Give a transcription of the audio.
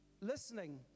Listening